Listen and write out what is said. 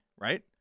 right